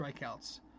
strikeouts